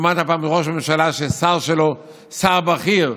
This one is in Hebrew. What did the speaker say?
שמעת פעם ראש ממשלה, ששר שלו, שר בכיר,